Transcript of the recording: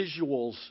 visuals